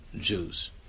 Jews